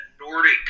Nordic